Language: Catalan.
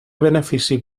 benefici